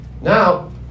now